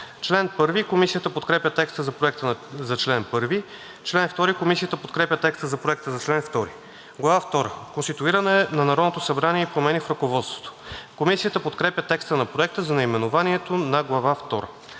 първа. Комисията подкрепя текста на Проекта за чл. 1. Комисията подкрепя текста на Проекта за чл. 2. Глава втора – „Конституиране на Народното събрание и промени в ръководството“. Комисията подкрепя текста на Проекта за наименованието на Глава